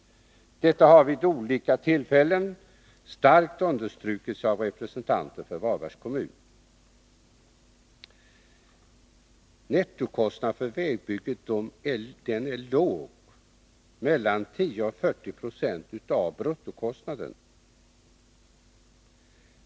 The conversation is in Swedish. Detta har vid olika tillfällen starkt understrukits av representanter för Varbergs kommun. Nettokostnaden för vägbygge är låg, mellan 10 och 40 96 av bruttokostnaden.